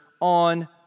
on